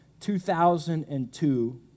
2002